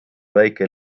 väike